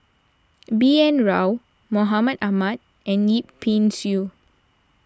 B N Rao Mahmud Ahmad and Yip Pin Xiu